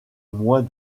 moins